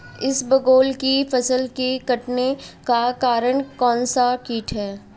इसबगोल की फसल के कटने का कारण कौनसा कीट है?